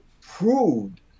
proved